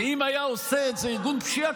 ואם היה עושה את זה ארגון פשיעה,